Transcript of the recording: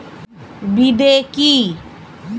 বিদে কি?